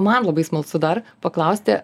man labai smalsu dar paklausti